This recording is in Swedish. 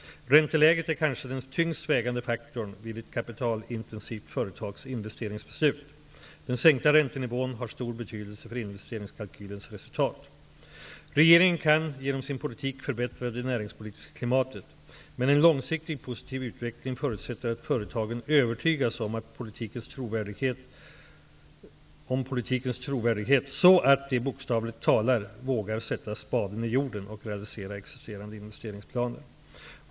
Ränteläget är kanske den tyngst vägande faktorn vid ett kapitalintensivt företags investeringsbeslut. Den sänkta räntenivån har stor betydelse för investeringskalkylens resultat. Regeringen kan genom sin politik förbättra det näringspolitiska klimatet. Men en långsiktigt positiv utveckling förutsätter att företagen övertygas om politikens trovärdighet så att de, bokstavligt talat, vågar sätta spaden i jorden och realisera existerande investeringsplaner.